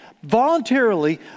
voluntarily